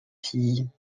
filles